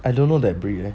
I don't know that breed leh